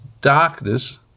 darkness